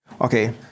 Okay